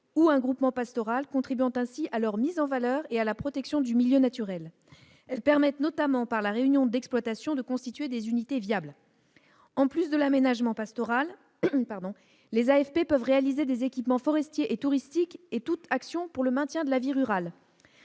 ou un groupement pastoral, contribuant ainsi à leur mise en valeur et à la protection du milieu naturel. Elles permettent notamment, par la réunion d'exploitations, de constituer des unités viables. En plus de l'aménagement pastoral, les AFP peuvent réaliser des équipements forestiers et touristiques, et toute action en faveur du maintien de la vie rurale.